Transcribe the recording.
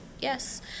yes